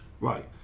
right